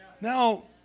Now